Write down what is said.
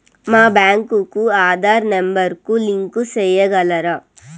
మా బ్యాంకు కు ఆధార్ నెంబర్ కు లింకు సేయగలరా?